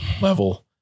level